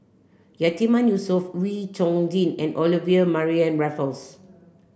Yatiman Yusof Wee Chong Jin and Olivia Mariamne Raffles